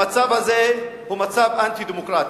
המצב הזה הוא מצב אנטי-דמוקרטי,